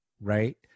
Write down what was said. right